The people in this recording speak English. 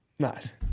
Nice